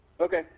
Okay